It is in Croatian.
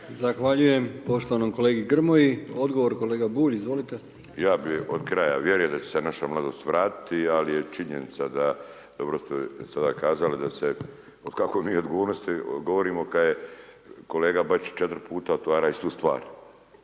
Zahvaljujem poštovanom kolegi Grmoji. Odgovor kolega Bulj. Izvolite. **Bulj, Miro (MOST)** Ja bih od kraja, vjerujem da će se naša mladost vratiti ali je činjenica da, dobro ste sada kazali da se o kakvoj mi odgovornosti govorimo kada kolega Bačić otvara istu stvar.